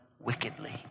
wickedly